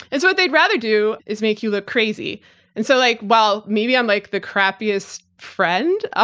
and so what they'd rather do is make you look crazy and so like well maybe i'm like the crappiest friend. ah